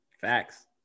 Facts